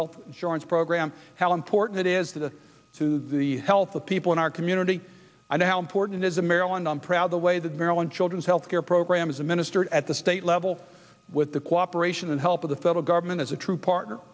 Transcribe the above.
health insurance program how important it is to the to the health of people in our community and how important as a maryland i'm proud of the way that maryland children's health care program is administered at the state level with the cooperation and help of the federal government as a true partner